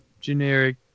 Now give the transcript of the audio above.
generic